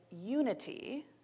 unity